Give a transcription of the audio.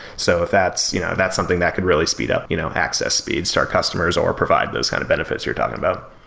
so that's you know that's something that could really speed up you know access speeds to our customers, or provide those kind of benefits you're talking about